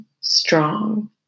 strong